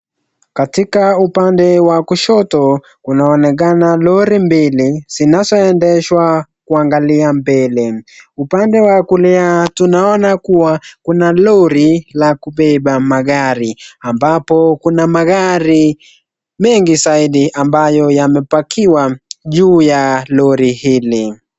Katika upande wa kushoto kunaoneka Lori mbili zinazoendeshwa kuangalia mbele. Upande wa wakulia tunaona kuwa kuna Lori la kubeba magari ambapo kuna magari mengi zaidi ambayo yamepakiwa juu ya Lori hili.